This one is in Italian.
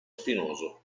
spinoso